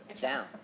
down